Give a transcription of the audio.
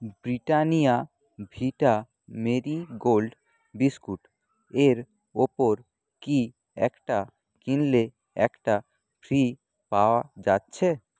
Britannia Vita Marie Gold biscuit এর ওপর কি একটা কিনলে একটা ফ্রি পাওয়া যাচ্ছে